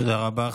תודה רבה.